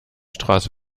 straße